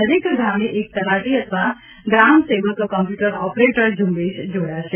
દરેક ગામે એક તલાટી અથવા ગ્રામ સેવક કોમ્પ્યુટર ઓપરેટર ઝૂંબેશ જોડાશે